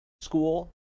school